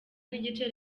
n’igice